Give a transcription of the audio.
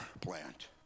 plant